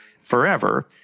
forever